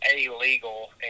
illegal